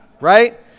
Right